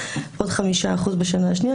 עוד 5% בשנה השנייה,